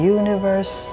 universe